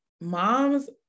moms